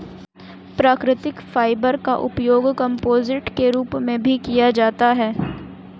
प्राकृतिक फाइबर का उपयोग कंपोजिट के रूप में भी किया जाता है